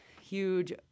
huge